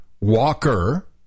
Walker